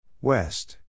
West